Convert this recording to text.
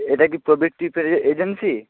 এটা কি প্রবীর ট্রিপের এজেন্সি